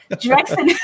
Drexel